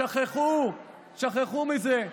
שכחו מזה,